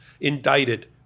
indicted